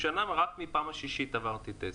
שנה עד שמונה חודשים להעביר אותו טסט,